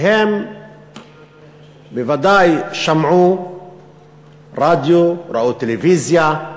והם בוודאי שמעו רדיו, ראו טלוויזיה,